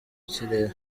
kirere